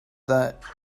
that